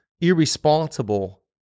irresponsible